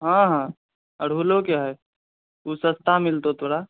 हँ हँ अरहुलो के हय उ सस्ता मिलतौ तोरा